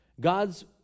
God's